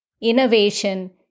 innovation